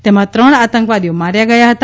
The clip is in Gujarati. તેમાં ત્રણ આતંકવાદીઓ માર્યા ગયા હતા